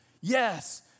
Yes